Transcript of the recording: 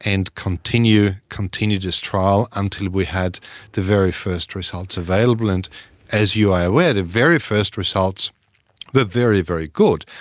and continue continue this trial until we had the very first results available. and as you are aware, the very first results were but very, very good,